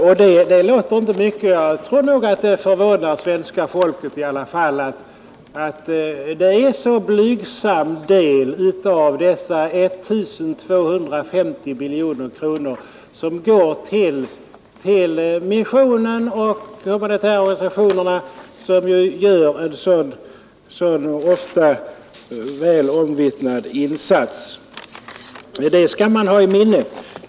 Att det anslag som går till missionen och de enskilda organisationerna, vilka gör en så väl omvittnad insats, uppgår till en så blygsam del av dessa 1250 miljoner kronor, tror jag nog kommer att förvåna det svenska folket.